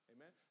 Amen